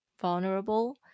vulnerable